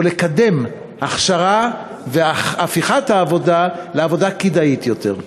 או לקדם הכשרה והפיכת העבודה לעבודה כדאית יותר?